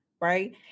right